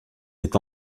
est